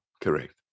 correct